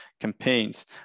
campaigns